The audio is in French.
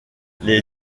les